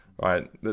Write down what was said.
right